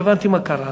לא הבנתי מה קרה.